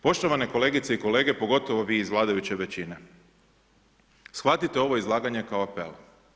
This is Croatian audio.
Poštovani kolegice i kolege, pogotovo vi iz vladajuće većine, shvatite ovo izlaganje kao apel.